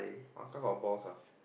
Ahkah got boss ah